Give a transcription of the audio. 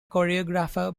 choreographer